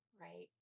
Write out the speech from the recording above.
right